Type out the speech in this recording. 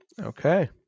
Okay